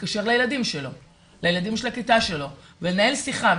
להתקשר לילדים של הכיתה שלו ולנהל שיחה,